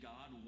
God